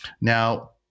Now